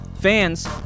fans